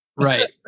Right